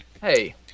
Hey